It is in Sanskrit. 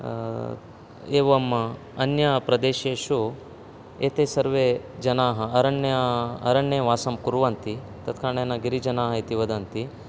एवम् अन्य प्रदेशेषु एते सर्वे जनाः अरण्ये अरण्यवासं कुर्वन्ति तत् कारणेन गिरिजनाः इति वदन्ति